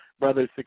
brother's